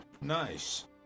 nice